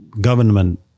government